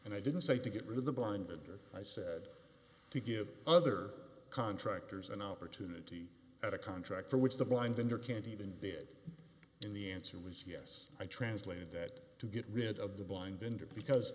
and i didn't say to get rid of the blinder i said to give other contractors an opportunity at a contract for which the blind in there can't even bid in the answer was yes i translated that to get rid of the buying bender because